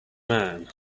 man